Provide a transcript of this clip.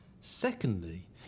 Secondly